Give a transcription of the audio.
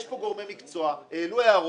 יש פה גורמי מקצוע, העלו הערות,